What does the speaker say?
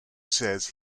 says